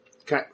Okay